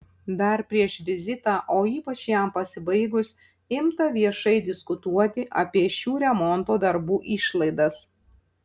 dar prieš vizitą o ypač jam pasibaigus imta viešai diskutuoti apie šių remonto darbų išlaidas